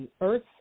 earth